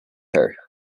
her